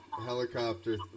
helicopter